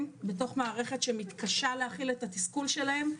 בתוך מערכת שמתקשה להכיל את התסכול שלהם,